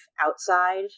outside